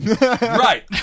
Right